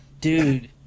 dude